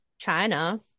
china